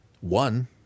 One